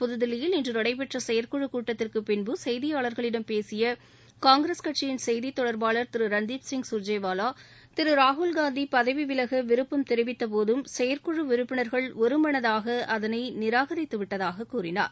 புதுதில்லியில் இன்று நடைபெற்ற செயற்குழுக் கூட்டத்திற்கு பின் செய்தியாளர்களிடம் பேசிய காங்கிரஸ் செய்தித் தொடர்பாளர் திரு ரன்தீப் சிங்கர்ஜிவாலா திரு ராகுல்காந்தி பதவி விலக விருப்பம் தெரிவித்தபோதும் செயற்குழு உறுப்பினர்கள் ஒருமனதாக அதனை நிராகரித்து விட்டதாக கூறினார்